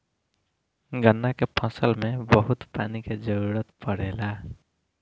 गन्ना के फसल में बहुत पानी के जरूरत पड़ेला